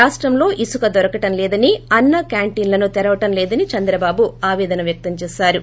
రాష్టంలో ఇసుక దొరకటం లేదని అన్నా క్యాంటీన్లను తెరవటం లేదని చంద్రబాబు ఆపేదన వ్యక్తం చేసారు